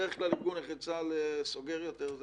בדרך כלל ארגון נכי צה"ל סוגר יותר.